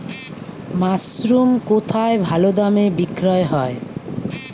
Mushroom কেথায় ভালোদামে বিক্রয় হয়?